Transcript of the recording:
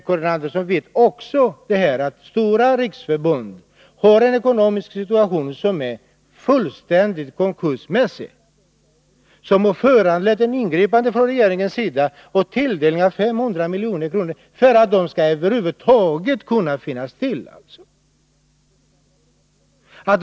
Karin Andersson vet också att stora riksförbund har en ekonomisk situation som är fullständigt konkursmässig och som borde föranleda ett ingripande från regeringens sida och en tilldelning av 5 milj.kr. för att organisationerna över huvud taget skall kunna finnas till.